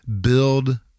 build